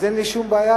אין לי שום בעיה,